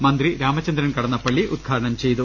മന്ത്രി രാമചന്ദ്രൻ കടന്നപ്പള്ളി ഉദ്ഘാടനം ചെയ്തു